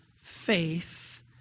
faith